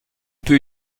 peux